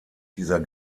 dieser